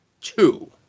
two